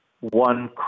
one